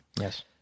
yes